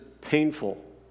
painful